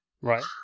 Right